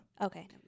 Okay